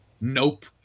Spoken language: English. Nope